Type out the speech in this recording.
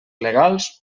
legals